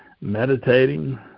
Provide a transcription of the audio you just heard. meditating